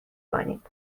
کنید